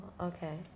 okay